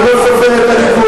הוא לא סופר את הליכוד.